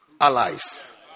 allies